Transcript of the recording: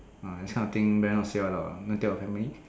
ah this kind of thing better not say out loud ah don't tell your family